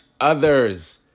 Others